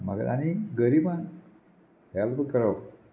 म्हाका आनी गरिबांक हेल्प करप